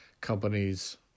companies